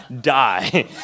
die